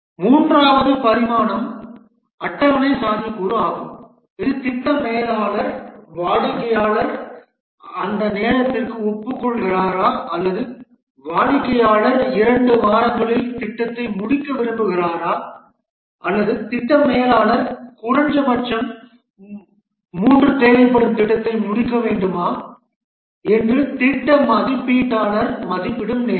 மூன்றாவது பரிமாணம் அட்டவணை சாத்தியக்கூறு ஆகும் இது திட்ட மேலாளர் வாடிக்கையாளர் அந்த நேரத்திற்கு ஒப்புக்கொள்கிறாரா அல்லது வாடிக்கையாளர் 2 வாரங்களில் திட்டத்தை முடிக்க விரும்புகிறாரா அல்லது திட்ட மேலாளர் குறைந்தபட்சம் 3 தேவைப்படும் திட்டத்தை முடிக்க வேண்டுமா என்று திட்ட மதிப்பீட்டாளர் மதிப்பிடும் நேரம்